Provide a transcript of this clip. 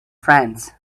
france